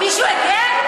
מישהו הגן?